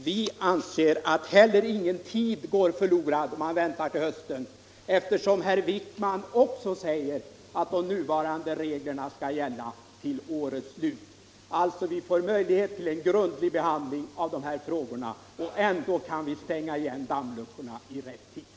Vi anser att ingen tid går förlorad om man väntar till hösten, eftersom herr Wijkman också säger att de nuvarande reglerria skall gälla till årets slut. Vi får alltså möjlighet till en grundlig behandling av dessa frågor, och ändå kan vi stänga igen dammluckorna i rätt tid.